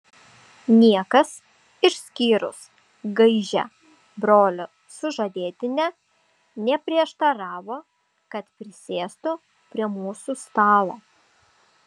niekas išskyrus gaižią brolio sužadėtinę neprieštaravo kad prisėstų prie mūsų stalo